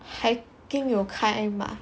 hiking 有开 mah